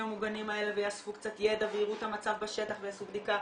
המוגנים האלה ויאספו קצת ידע ויראו את המצב בשטח ויעשו בדיקה,